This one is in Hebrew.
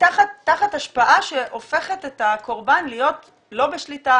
תחת השפעה שהופכת את הקורבן להיות לא בשליטה,